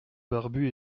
barbu